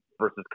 versus